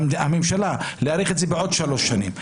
הממשלה מבקשת להאריך את זה בעוד שלוש שנים.